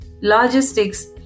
logistics